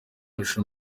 mashusho